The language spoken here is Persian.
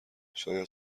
شاید